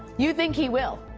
you think he will.